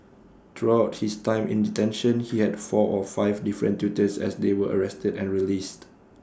throughout his time in detention he had four or five different tutors as they were arrested and released